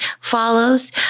follows